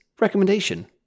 recommendation